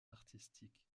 artistique